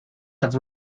have